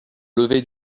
lever